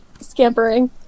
Scampering